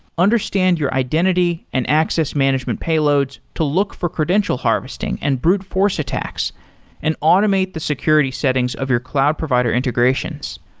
understand your identity and access management payloads to look for credential harvesting and brute force attacks and automate the security settings of your cloud provider integrations.